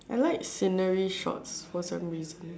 I like scenery shots for some reason